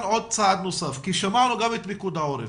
עוד צעד נוסף כי שמענו את פיקוד העורף